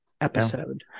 episode